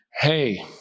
hey